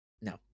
No